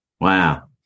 Wow